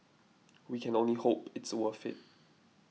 we can only hope it's worth it